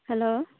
hello